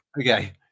okay